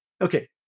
okay